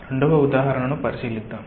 రెండవ ఉదాహరణను పరిశీలిద్దాం